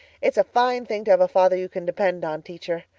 it's a fine thing to have a father you can depend on, teacher.